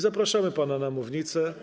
Zapraszamy pana na mównicę.